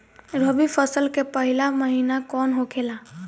रबी फसल के पहिला महिना कौन होखे ला?